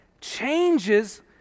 changes